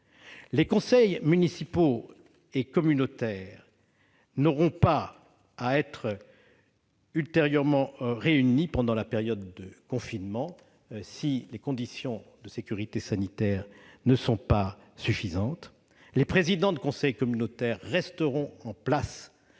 Les conseils municipaux et communautaires n'auront pas à être réunis pendant la période de confinement si les conditions de sécurité sanitaire ne sont pas réunies. Les présidents de conseil communautaire resteront en place